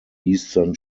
eastern